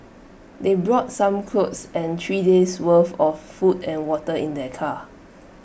they brought some clothes and three days' worth of food and water in their car